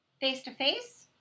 face-to-face